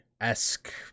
esque